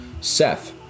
Seth